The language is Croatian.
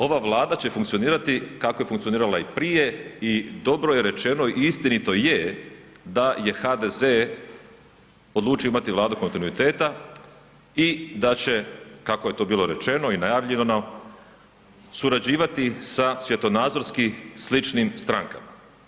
Ova Vlada će funkcionirati kako je funkcionirala i prije i dobro je rečeno i istinito je da je HDZ odlučio imati Vladu kontinuiteta i da će, kako je to bilo rečeno i najavljivano, surađivati sa svjetonazorski sličnim strankama.